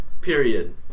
Period